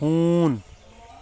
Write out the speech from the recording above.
ہوٗن